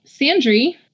Sandri